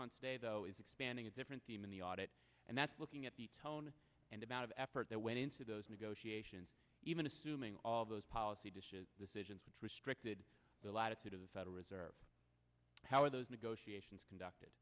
today though is expanding a different theme in the audit and that's looking at the tone and amount of effort that went into those negotiations even assuming all those policy dishes decisions which restricted the latitude of the federal reserve how were those negotiations conducted